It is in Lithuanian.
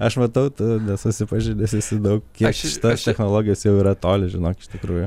aš matau tu nesusipažinęs esi daug kiek šitos technologijos jau yra toli žinok iš tikrųjų